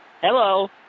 Hello